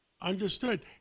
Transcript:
Understood